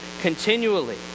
continually